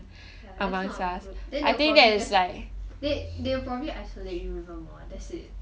that's not a good then they will probably just like they will probably isolate you even more that's it